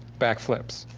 backflips.